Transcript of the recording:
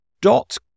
dot